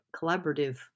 collaborative